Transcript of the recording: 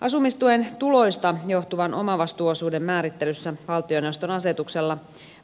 asumistuen tuloista johtuvan omavastuuosuuden määrittelyssä valtioneuvoston asetuksella